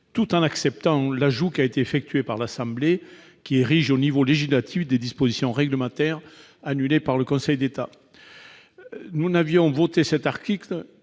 tout en acceptant l'ajout de l'Assemblée nationale, qui érige au niveau législatif des dispositions réglementaires annulées par le Conseil d'État. Nous avions voté cet article